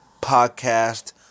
Podcast